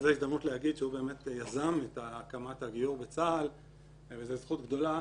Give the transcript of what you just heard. זו הזדמנות להגיד שהוא באמת יזם את הקמת הגיור בצה"ל וזו זכות גדולה.